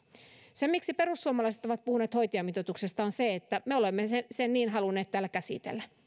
se miksi perussuomalaiset ovat puhuneet hoitajamitoituksesta on se että me olemme sen niin halunneet täällä käsitellä